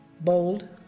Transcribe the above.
Bold